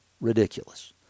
ridiculous